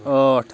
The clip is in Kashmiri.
ٲٹھ